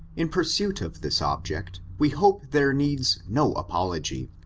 id pursuit of this object we hope there needs no apology,